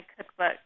cookbook